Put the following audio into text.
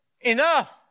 enough